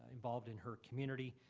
involved in her community,